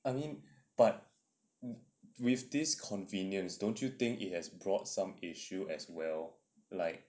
I mean but with this convenience don't you think it has brought some issue as well like